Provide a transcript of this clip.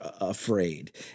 afraid